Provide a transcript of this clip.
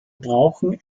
brauchen